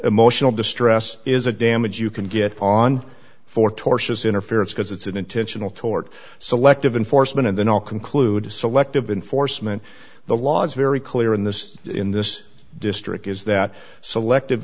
emotional distress is a damage you can get on for tortious interference because it's an intentional tort selective enforcement and then i'll conclude selective enforcement the law is very clear in this in this district is that selective